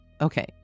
Okay